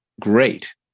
great